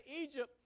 Egypt